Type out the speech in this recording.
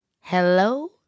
hello